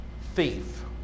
thief